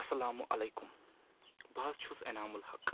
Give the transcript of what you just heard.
اسلامُ علیکُم بہٕ حظ چھُس اٮ۪نامُ الحَق